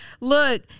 Look